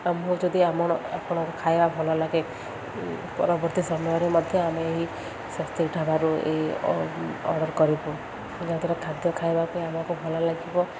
ଆମକୁ ଯଦି ଆମ ଆପଣ ଖାଇବା ଭଲ ଲାଗେ ପରବର୍ତ୍ତୀ ସମୟରେ ମଧ୍ୟ ଆମେ ଏଇ ସ୍ୱସ୍ତିକ ଢାବାରୁ ଏଇ ଅର୍ଡ଼ର କରିବୁ ଯାହାଦ୍ୱାରା ଖାଦ୍ୟ ଖାଇବା ପାଇଁ ଆମକୁ ଭଲ ଲାଗିବ